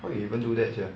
how you even do that sia